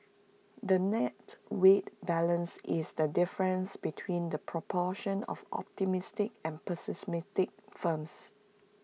the net weighted balance is the difference between the proportion of optimistic and pessimistic firms